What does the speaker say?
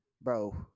bro